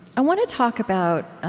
i want to talk about,